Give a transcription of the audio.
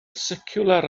seciwlar